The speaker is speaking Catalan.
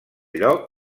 lloc